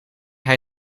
hij